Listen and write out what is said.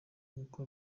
nkuko